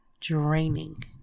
draining